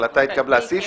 הצבעה בעד,